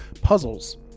puzzles